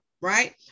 right